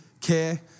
care